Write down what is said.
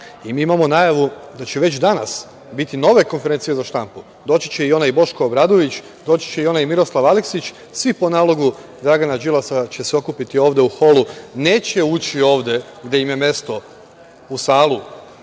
Mi imamo najavu da će već danas biti nove konferencije za štampu. Doći će i onaj Boško Obradović, doći će i onaj Miroslav Aleksić, svi po nalogu Dragana Đilasa će se okupiti ovde u Holu. Neće ući ovde gde im je mesto, u salu